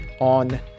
on